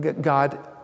God